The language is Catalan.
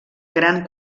gran